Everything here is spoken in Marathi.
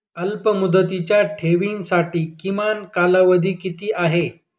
अल्पमुदतीच्या ठेवींसाठी किमान कालावधी किती आहे?